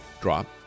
drop